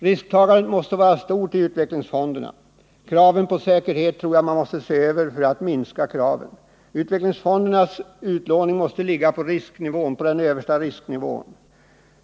Risktagandet måste vara stort i utvecklingsfonderna. Kraven på säkerhet måste man se över och om möjligt minska. Utvecklingsfondernas utlåning måste ligga på den översta risknivån.